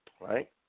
right